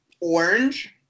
orange